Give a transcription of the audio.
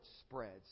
spreads